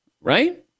right